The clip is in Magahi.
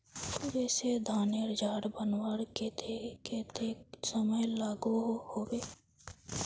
जैसे धानेर झार बनवार केते कतेक समय लागोहो होबे?